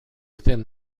within